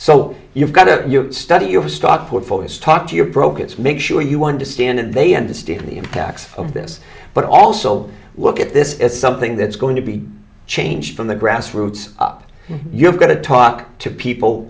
so you've got to study your stock portfolios talk to your broke it's make sure you understand and they understand the impacts of this but also look at this as something that's going to be changed from the grassroots up you've got to talk to people